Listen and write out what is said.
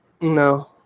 No